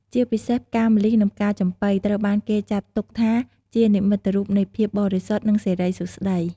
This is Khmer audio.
ជាពិសេស ផ្កាម្លិះ និងផ្កាចំប៉ី ត្រូវបានគេចាត់ទុកថាជានិមិត្តរូបនៃភាពបរិសុទ្ធ និងសិរីសួស្តី។